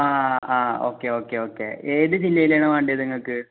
ആ ആ ആ ഓക്കെ ഓക്കെ ഓക്കെ ഏത് ജില്ലയിലാണ് വേണ്ടേത് നിങ്ങൾക്ക്